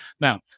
Now